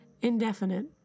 Indefinite